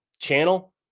channel